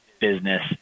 business